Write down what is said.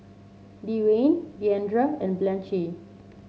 Dewayne Deandre and Blanchie